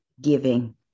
giving